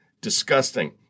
disgusting